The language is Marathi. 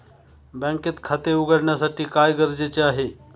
बँकेत खाते उघडण्यासाठी काय गरजेचे आहे?